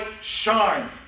shine